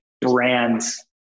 brand's